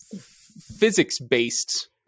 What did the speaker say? physics-based